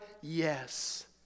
yes